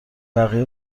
بقیه